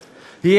להשיג.